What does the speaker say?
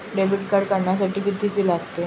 Debit card काढण्यासाठी किती fee लागते?